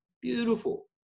Beautiful